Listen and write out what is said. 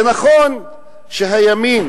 זה נכון שהימין